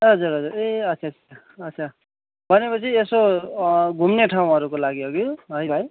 हजुर हजुर ए अच्छा अच्छा अच्छा भनेपछि यसो घुम्ने ठाउँहरूको लागि हगी है भाइ